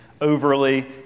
overly